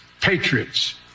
patriots